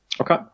Okay